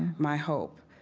my hope,